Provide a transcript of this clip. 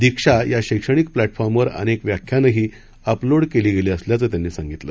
दीक्षायाशैक्षणिकप्लॅटफॉर्मवरअनेकव्याख्यानंहीअपलोडकेलीगेलीअसल्याचंत्यांनीसांगितलं